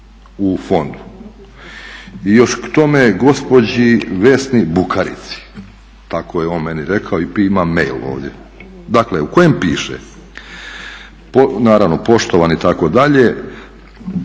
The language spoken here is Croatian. u fondu i još k tome gospođi Vesni Bukarici. Tako je on meni rekao, imam mail ovdje dakle u kojem piše naravno poštovani itd., u kojem